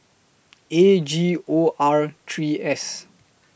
A G O R three S